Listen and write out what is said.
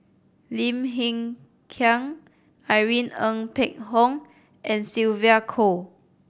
Lim Hng Kiang Irene Ng Phek Hoong and Sylvia Kho